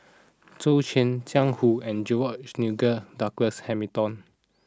Zhou Can Jiang Hu and George Nigel Douglas Hamilton